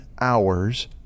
hours